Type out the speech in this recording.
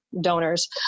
donors